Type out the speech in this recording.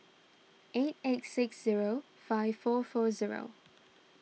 eight eight six zero five four four zero